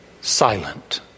silent